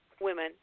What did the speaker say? women